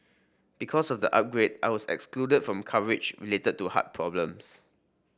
because of the upgrade I was excluded from coverage related to heart problems